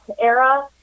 era